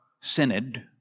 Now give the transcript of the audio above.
synod